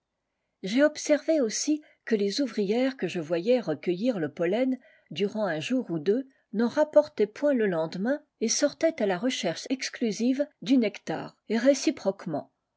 j'ai observé aussi que les ouvrières que je voyais recueillir le pollen durant un jour ou deux n'en rapportaient point le lendemain et sortaient à la recherche exclusive nectar et réciproquement